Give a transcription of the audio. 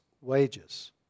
wages